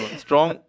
strong